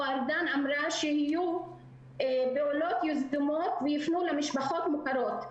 השר ארדן אמר שיהיו פעולות יזומות ויפנו למשפחות מוכרות.